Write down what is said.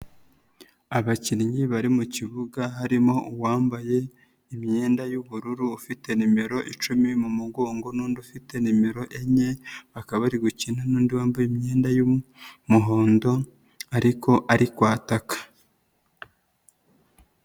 Abakinnyi bari mu kibuga harimo uwambaye imyenda y'ubururu ufite nimero icumi mu mugongo n'undi ufite nimero enye, bakaba bari gukina n'undi wambaye imyenda y'umuhondo ariko ari kwataka.